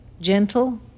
Gentle